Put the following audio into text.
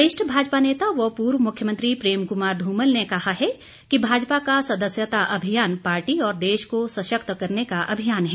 वरिष्ठ भाजपा नेता व पूर्व मुख्यमंत्री प्रेम क्मार ध्रमल ने कहा है कि भाजपा का सदस्यता अभियान पार्टी और देश को सशक्त करने का अभियान है